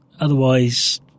Otherwise